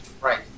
Right